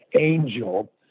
angel